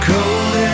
Cold